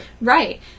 Right